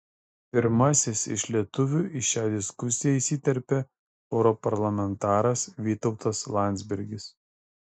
pirmasis iš lietuvių į šią diskusiją įsiterpė europarlamentaras vytautas landsbergis